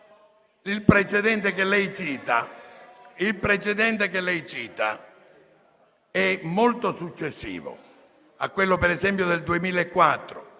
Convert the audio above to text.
Il precedente che lei cita è molto successivo a quello, per esempio, del 2004,